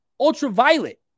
Ultraviolet